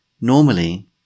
Normally